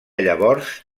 llavors